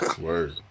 Word